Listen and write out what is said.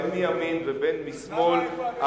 בין מימין ובין משמאל,